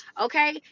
okay